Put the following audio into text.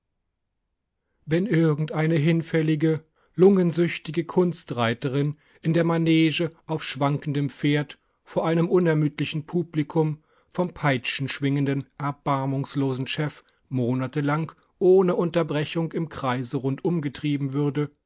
wenn irgendeine hinfällige lungensüchtige kunstreiterin in der manege auf schwankendem pferd vor einem unermüdlichen publikum vom peitschenschwingenden erbarmungslosen chef monatelang ohne unterbrechung im kreise rundum getrieben würde